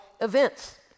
events